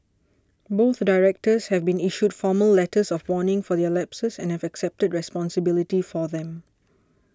both Directors have been issued formal letters of warning for their lapses and have accepted responsibility for them